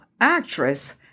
actress